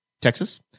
Texas